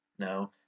No